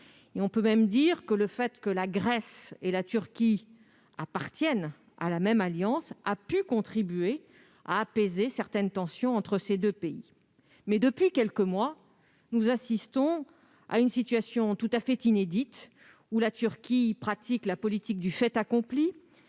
le fait même que la Grèce et la Turquie appartiennent à la même alliance a pu contribuer à apaiser certaines tensions entre ces deux pays. Mais, depuis quelques mois, nous assistons à une situation tout à fait inédite où la Turquie pratique la politique du fait accompli